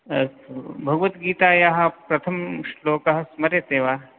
अस्तु भगवद्गीतायाः प्रथमश्लोकः स्मर्यते वा